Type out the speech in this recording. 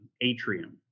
Atrium